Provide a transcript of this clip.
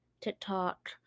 TikTok